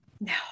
No